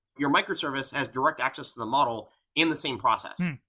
your microservice has direct access to the model in the same process,